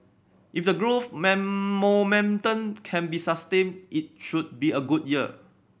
if the growth momentum can be sustained it should be a good year